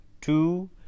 two